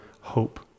hope